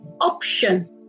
option